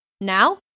now